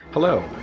Hello